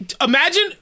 imagine